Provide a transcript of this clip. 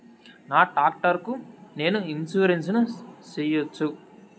నా టాక్టర్ కు నేను ఇన్సూరెన్సు సేయొచ్చా?